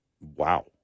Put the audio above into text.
wow